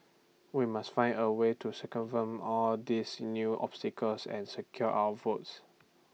we must find A way to circumvent all these new obstacles and secure our votes